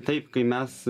taip kai mes